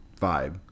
vibe